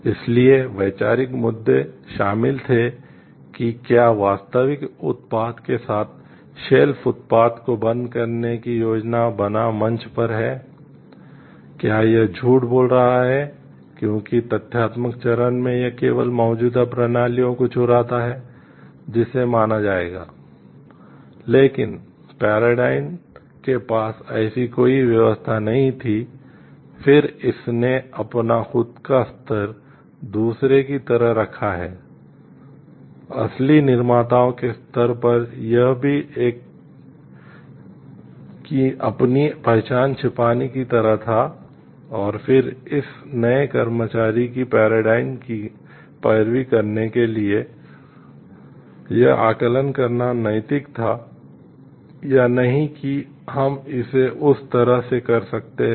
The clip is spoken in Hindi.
इसलिए वैचारिक मुद्दे शामिल थे कि क्या वास्तविक उत्पाद के साथ शेल्फ की पैरवी करने के लिए यह आकलन करना नैतिक था या नहीं कि हम इसे उस तरह से कर सकते हैं